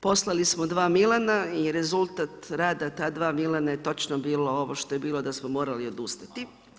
Poslali smo 2 Milana i rezultat rada ta dva Milana je točno bilo, ovo što je bilo da smo morali odustati.